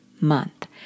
month